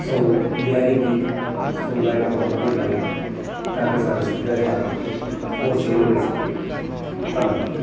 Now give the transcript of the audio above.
ਸੋ ਨਿਆਰੀ ਗੀਤ ਸੁਣਨਾ ਇੱਕ ਬਹੁਤ ਵਧੀਆ ਗੱਲ ਹੈ ਤਾਂ ਕਿ ਸਾਡੇ ਸੱਭਿਆਚਾਰ ਨੂੰ ਹੋਰ ਸੇਧ ਮਿਲ ਸਕੇ ਧੰਨਵਾਦ